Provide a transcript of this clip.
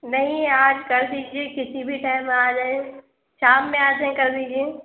نہیں آج کر دیجیے کسی بھی ٹائم آ جائیں شام میں آ جائیں کر دیجیے